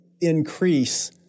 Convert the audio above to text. increase